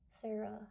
Sarah